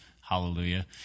Hallelujah